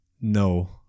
No